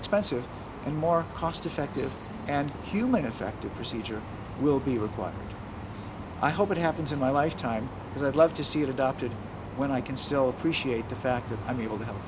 expensive and more cost effective and humane effective procedure will be required i hope it happens in my lifetime because i'd love to see it adopted when i can still appreciate the fact that i'm able to h